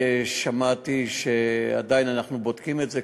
שמעתי שעדיין אנחנו בודקים את זה,